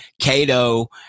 Cato